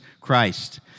Christ